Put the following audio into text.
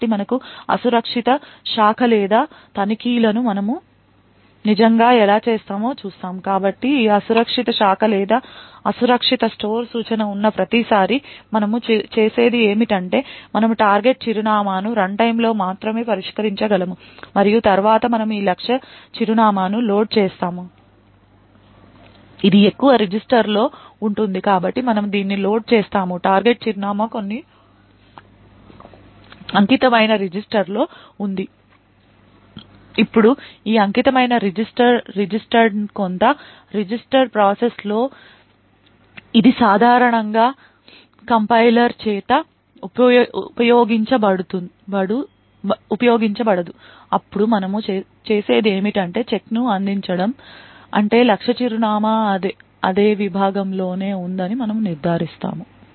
కాబట్టి మనకు అసురక్షిత శాఖ లేదా అసురక్షిత స్టోర్ సూచన ఉన్న ప్రతిసారీ మనము చేసేది ఏమిటంటే మనము టార్గెట్ చిరునామాను రన్టైమ్లో మాత్రమే పరిష్కరించగలము మరియు తరువాత మనము ఈ లక్ష్య చిరునామాను లోడ్ చేస్తాము ఇది ఎక్కువగా ఇది రిజిస్టర్లో ఉంటుంది కాబట్టి మనము దీన్ని లోడ్ చేస్తాము టార్గెట్ చిరునామా కొన్ని అంకితమైన రిజిస్టర్లో ఉంది ఇప్పుడు ఈ అంకితమైన రిజిస్టర్డ్ రిజిస్టర్ ప్రాసెసర్లో ఇది సాధారణంగా కంపైలర్ చేత ఉపయోగించబడదు అప్పుడు మనము చేసేది ఏమిటంటే చెక్ను అందించడం అంటే లక్ష్య చిరునామా అదే విభాగమునులోనే ఉందని మనము నిర్ధారిస్తాము